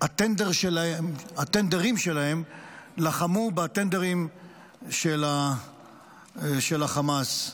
שהטנדרים שלהם לחמו בטנדרים של החמאס,